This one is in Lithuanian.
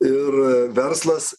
ir verslas